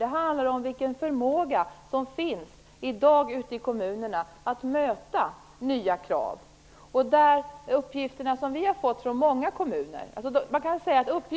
Det handlar om vilken förmåga att möta nya krav som finns i dag ute i kommunerna.